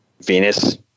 Venus